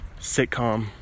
sitcom